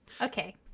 Okay